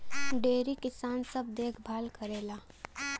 dairy किसान सबकर देखभाल करेला